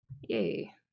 yay